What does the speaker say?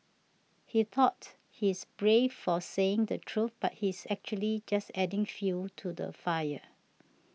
he thought he's brave for saying the truth but he's actually just adding fuel to the fire